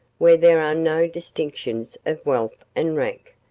where there are no distinctions of wealth and rank,